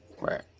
Right